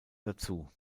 dazu